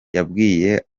yabwiye